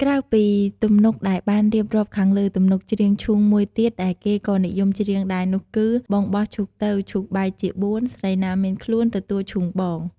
ក្រៅពីទំនុកដែលបានរៀបរាប់ខាងលើ ទំនុកច្រៀងឈូងមួយទៀតដែលគេក៏និយមច្រៀងដែរនោះគឺ «បងបោះឈូងទៅ ឈូងបែកជាបួន ស្រីណាមានខ្លួន ទទួលឈូងបង»។